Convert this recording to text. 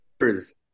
years